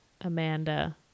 amanda